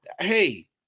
hey